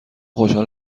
خوشحال